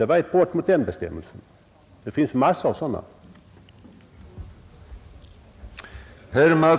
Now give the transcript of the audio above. Det var ett brott mot bestämmelserna och det finns massor av sådana brott.